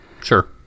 Sure